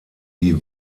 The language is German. die